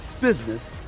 business